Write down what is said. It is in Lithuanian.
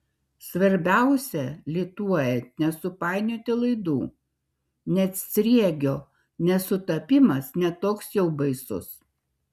svarbiausia lituojant nesupainioti laidų net sriegio nesutapimas ne toks jau baisus